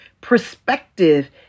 perspective